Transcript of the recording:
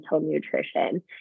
nutrition